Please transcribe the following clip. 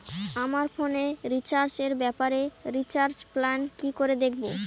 আমার ফোনে রিচার্জ এর ব্যাপারে রিচার্জ প্ল্যান কি করে দেখবো?